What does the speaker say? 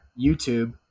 YouTube